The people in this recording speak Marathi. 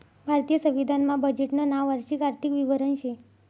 भारतीय संविधान मा बजेटनं नाव वार्षिक आर्थिक विवरण शे